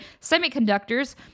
semiconductors